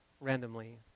randomly